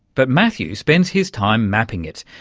but matthew spends his time mapping it.